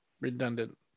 redundant